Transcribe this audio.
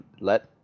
Let